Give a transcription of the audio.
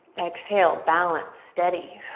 exhale, balanced, steady.